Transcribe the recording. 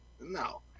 No